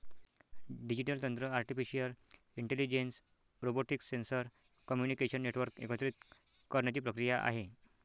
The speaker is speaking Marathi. डिजिटल तंत्र artificial intelligence, robotics, sensor, communication network एकत्रित करण्याची प्रक्रिया आहे